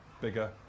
Bigger